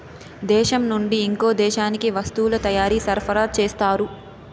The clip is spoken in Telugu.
దేశం నుండి ఇంకో దేశానికి వస్తువుల తయారీ సరఫరా చేస్తారు